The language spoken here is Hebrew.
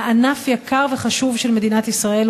עיסוק ומקור פרנסה לא פשוט בכלל של תושבים בפריפריה,